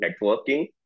networking